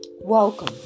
welcome